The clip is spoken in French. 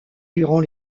durant